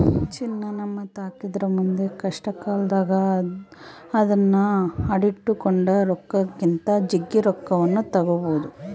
ಚಿನ್ನ ನಮ್ಮತಾಕಿದ್ರ ಮುಂದೆ ಕಷ್ಟಕಾಲದಾಗ ಅದ್ನ ಅಡಿಟ್ಟು ಕೊಂಡ ರೊಕ್ಕಕ್ಕಿಂತ ಜಗ್ಗಿ ರೊಕ್ಕವನ್ನು ತಗಬೊದು